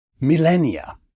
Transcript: millennia